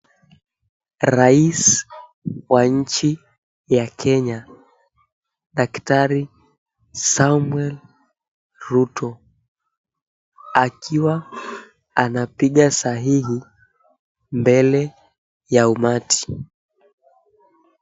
Rais wa nchi ya Kenya, daktari Samwel Ruto akiwa anapiga saini mbele ya umati.